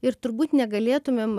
ir turbūt negalėtumėm